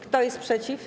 Kto jest przeciw?